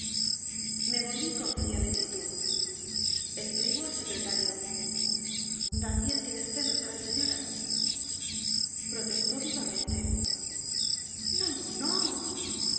me volví con fría lentitud escribo al secretario también tienes celos de la señora protestó vivamente í no